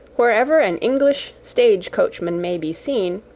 wherever an english stage-coachman may be seen,